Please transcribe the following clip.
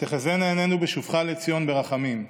ותחזינה עינינו בשובך לציון ברחמים.